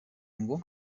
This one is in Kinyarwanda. ngo